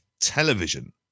television